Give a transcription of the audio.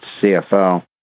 CFO